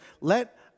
let